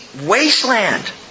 wasteland